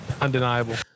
undeniable